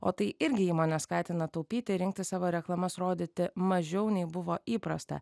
o tai irgi įmones skatina taupyti rinkti savo reklamas rodyti mažiau nei buvo įprasta